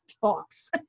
talks